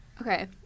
Okay